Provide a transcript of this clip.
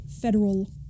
federal